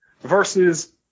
Versus